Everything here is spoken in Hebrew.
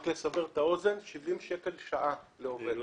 רק כדי לסבר את האוזן, 70 שקל לשעה לעובד.